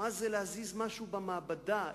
איך זה להזיז משהו במעבדה,